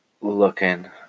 looking